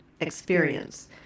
experience